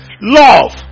love